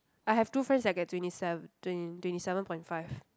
I have two friends that get twenty sev~ twenty twenty seven point five